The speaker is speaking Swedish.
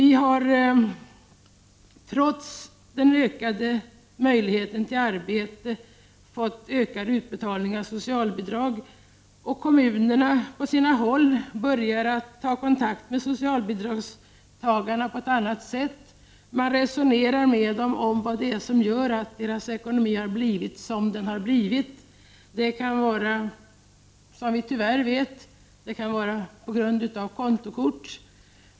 Trots ökade möjligheter till arbete har vi fått ökade utbetalningar av socialbidrag. Kommunerna börjar nu på sina håll att ta kontakt med socialbidragstagarna på ett annat sätt. Man resonerar med dem om vad som har gjort att deras ekonomi har blivit så som den har blivit. Orsaken kan, som vi tyvärr vet, vara kontokortsskulder.